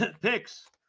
picks